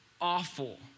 awful